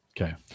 Okay